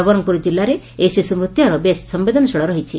ନବରଙ୍ଙପୁର ଜିଲ୍ଲାରେ ଏହି ଶିଶୁ ମୃତ୍ୟୁ ହାର ବେଶ ସମ୍ଭେଦନଶୀଳ ରହିଛି